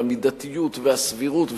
והמידתיות והסבירות,